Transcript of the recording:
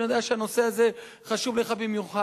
אני יודע שהנושא הזה חשוב לך במיוחד.